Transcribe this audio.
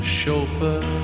chauffeur